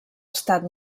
estat